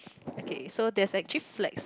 okay so there's actually flags